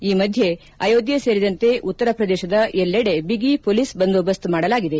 ಈ ಮಧ್ಯೆ ಅಯೋಧ್ಯೆ ಸೇರಿದಂತೆ ಉತ್ತರ ಪ್ರದೇಶದ ಎಲ್ಲೆಡೆ ಬಿಗಿ ಪೊಲೀಸ್ ಬಂದೋಬಸ್ತ್ ಮಾಡಲಾಗಿದೆ